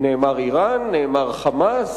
נאמר כאן אירן, נאמר כאן "חמאס",